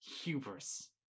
Hubris